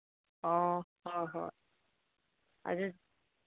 ꯑꯣ ꯍꯣꯏ ꯍꯣꯏ ꯑꯗꯨ